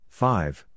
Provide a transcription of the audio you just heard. five